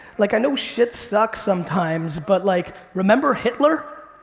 like i know shit sucks sometimes. but like remember hitler?